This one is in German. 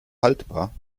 haltbar